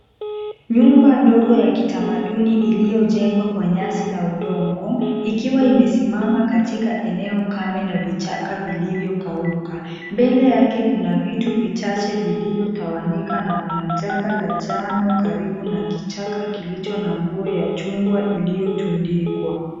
Nyumba ndogo ya kitamaduni iliyojengwa kwa nyasi na udongo ikiwa imesimama katika eneo kame na vichaka vilivyo kauka. Mbele yake kuna vitu vitache vilivyo tawanyika na kuna jaba la jano karibu na kichaka kilicho na nguo ya chungwa iliyotundikwa.